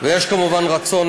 יש כמובן רצון